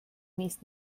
miejsc